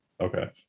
okay